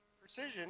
Precision